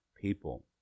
people